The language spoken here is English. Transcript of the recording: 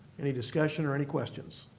any discussion or any questions?